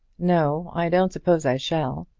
no i don't suppose i shall.